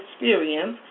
experience